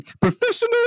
professional